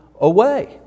away